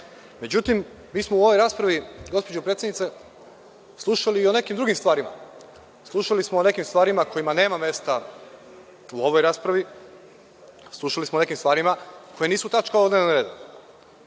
većine.Međutim, mi smo u ovoj raspravi gospođo predsednice slušali i o nekim drugim stvarima. Slušali smo o nekim stvarima kojima nema mesta u ovoj raspravi, slušali smo o nekim stvarima koje nisu tačka ovog dnevnog reda.